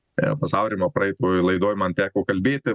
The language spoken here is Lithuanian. pas aurimą praeitoj laidoj man teko kalbėti